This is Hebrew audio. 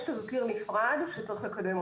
יש תזכיר נפרד שצריך לקדם אותו.